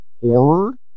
horror